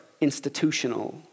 institutional